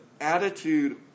attitude